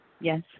Yes